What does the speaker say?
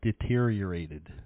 deteriorated